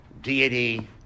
deity